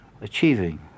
achieving